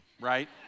right